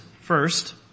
first